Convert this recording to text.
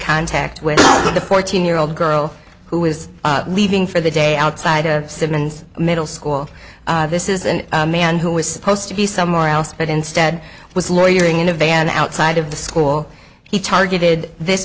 contact with the fourteen year old girl who was leaving for the day outside of simmons middle school this is a man who was supposed to be somewhere else but instead was loitering in a van outside of the school he targeted this